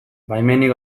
baimenik